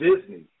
Disney